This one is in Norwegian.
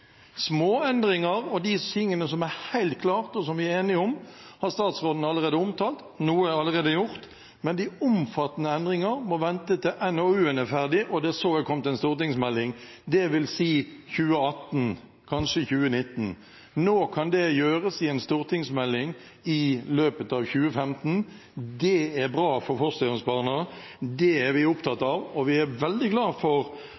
Små endringer og de tingene som er helt klare, og som vi er enige om, har statsråden allerede omtalt. Noe er allerede gjort, men de omfattende endringene må vente til NOU-en er ferdig og det er kommet en stortingsmelding, dvs. i 2018 – kanskje i 2019. Nå kan dette gjøres i løpet av 2015 i en stortingsmelding. Det er bra for fosterhjemsbarna. Det er vi opptatt av. Vi er veldig glad for